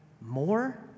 more